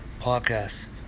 Podcast